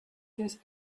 this